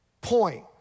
point